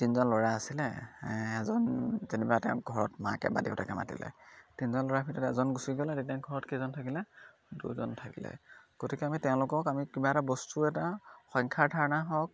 তিনিজন ল'ৰা আছিলে এজন যেনিবা তেওঁ ঘৰত মাকে বা দেউতাকে মাতিলে তিনিজন ল'ৰাৰ ভিতৰত এজন গুচি গ'লে তেতিয়া ঘৰত কেইজন থাকিলে দুজন থাকিলে গতিকে আমি তেওঁলোকক আমি কিবা এটা বস্তু এটা সংখ্যাৰ ধাৰণা হওক